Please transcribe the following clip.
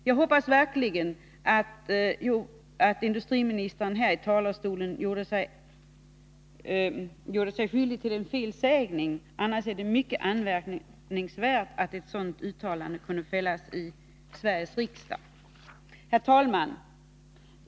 Jag hoppas att det var en felsägning som industriministern gjorde sig skyldig till här i talarstolen. Annars är det mycket anmärkningsvärt att ett sådant uttalande kunde göras i Sveriges riksdag. Herr talman!